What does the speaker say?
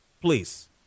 please